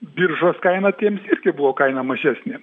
biržos kainą tiems irgi buvo kaina mažesnė